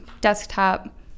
desktop